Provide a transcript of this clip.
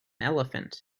elephant